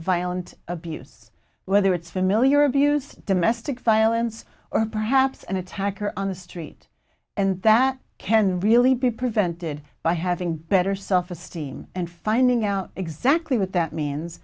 violent abuse whether it's familiar abuse domestic violence or perhaps an attacker on the street and that can really be prevented by having better self esteem and finding out exactly what that means